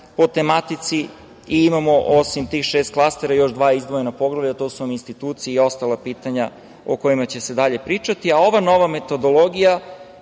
po tematici. Imamo osim tih šest klastera još dva izdvojena poglavlja, to su one institucije i ostala pitanja o kojima će se dalje pričati.